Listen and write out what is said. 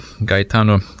Gaetano